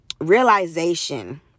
Realization